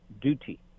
duty